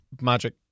magic